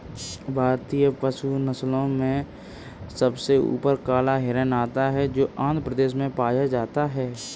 भारतीय पशु नस्लों में सबसे ऊपर काला हिरण आता है जो आंध्र प्रदेश में पाया जाता है